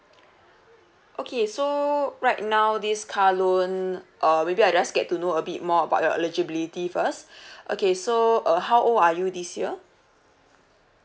okay so right now this car loan uh maybe I just get to know a bit more about your eligibility first okay so uh how old are you this year